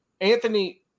Anthony